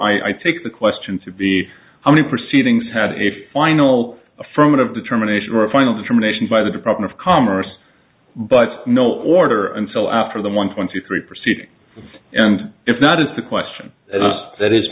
particular i take the question to be how many proceedings had a final affirmative determination or a final determination by the department of commerce but no order until after the one twenty three proceeding and if not is the question that is